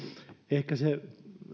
ehkä se